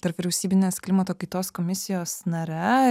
tarpvyriausybinės klimato kaitos komisijos nare